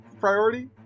priority